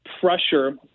pressure